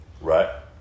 Right